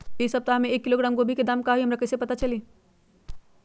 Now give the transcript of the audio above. इ सप्ताह में एक किलोग्राम गोभी के दाम का हई हमरा कईसे पता चली?